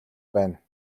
байна